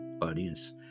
audience